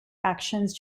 actions